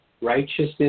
Righteousness